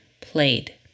played